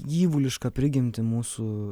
gyvulišką prigimtį mūsų